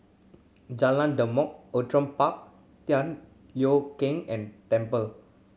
Jalan Demak Outram Park Tian Keng and Temple